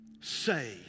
say